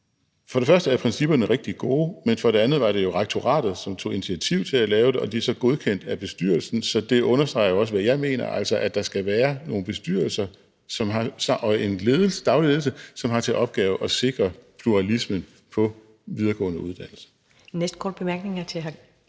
For det første er principperne rigtig gode, men for det andet var det jo rektoratet, som tog initiativ til at lave det, og de er så godkendt af bestyrelsen. Så det understreger jo også, hvad jeg mener, altså at der skal være nogle bestyrelser og en daglig ledelse, som har til opgave at sikre pluralismen på videregående uddannelser. Kl. 20:53 Første næstformand